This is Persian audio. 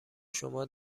شما